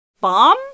bomb